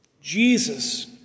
Jesus